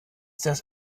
das